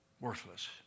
Worthless